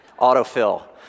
autofill